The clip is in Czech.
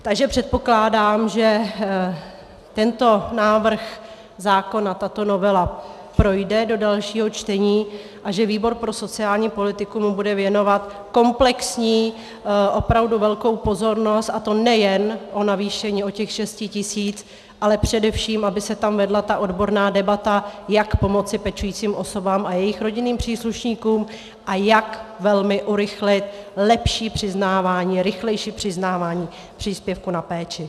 Takže předpokládám, že tento návrh zákona, tato novela projde do dalšího čtení a že výbor pro sociální politiku mu bude věnovat opravdu velkou komplexní pozornost, a to nejen o navýšení o těch šest tisíc, ale především aby se tam vedla odborná debata, jak pomoci pečujícím osobám a jejich rodinným příslušníkům a jak velmi urychlit lepší přiznávání, rychlejší přiznávání příspěvku na péči.